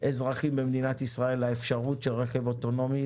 אזרחים במדינת ישראל לאפשרות של רכב אוטונומי